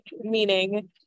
meaning